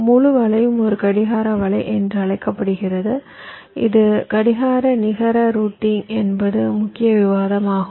முழு வலையும் ஒரு கடிகார வலை என்று அழைக்கப்படுகிறது இது கடிகார நிகர ரூட்டிங் என்பது முக்கிய விவாதம் ஆகும்